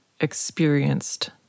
experienced